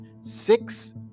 six